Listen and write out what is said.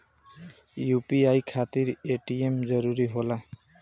UPI खातिर ATM जरूरी होला?